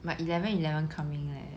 but eleven eleven coming leh